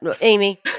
Amy